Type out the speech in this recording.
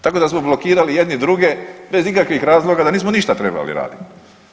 Tako da smo blokirali jedni druge bez ikakvih razloga, da nismo ništa trebali raditi.